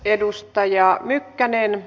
edustajia mykkänen